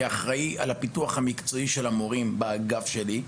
כמי שאחראי על הפיתוח המקצועי של המורים באגף שלי,